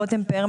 רותם פאר,